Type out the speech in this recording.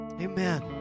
Amen